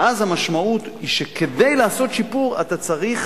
ואז המשמעות היא שכדי לעשות שיפור, אתה צריך